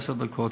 עשר דקות.